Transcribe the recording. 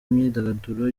imyidagaduro